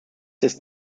ist